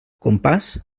compàs